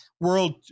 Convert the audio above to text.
world